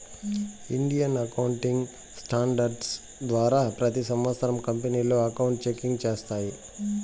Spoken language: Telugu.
ఇండియన్ అకౌంటింగ్ స్టాండర్డ్స్ ద్వారా ప్రతి సంవత్సరం కంపెనీలు అకౌంట్ చెకింగ్ చేస్తాయి